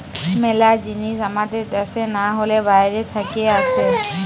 মেলা জিনিস আমাদের দ্যাশে না হলে বাইরে থাকে আসে